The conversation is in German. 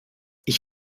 ich